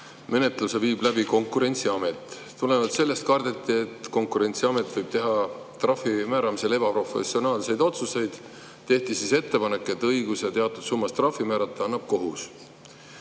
menetluse läbi Konkurentsiamet. Tulenevalt sellest avaldati kartust, et Konkurentsiamet võib teha trahvi määramisel ebaprofessionaalseid otsuseid. Tehti ettepanek, et õiguse teatud summas trahvi määrata annab kohus.